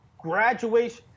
graduation